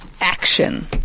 action